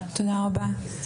תודה רבה.